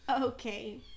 Okay